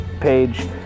page